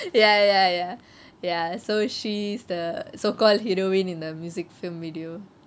ya ya ya ya so she's the so called heroine in the music film video